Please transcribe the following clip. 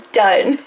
done